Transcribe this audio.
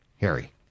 Harry